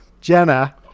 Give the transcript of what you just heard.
Jenna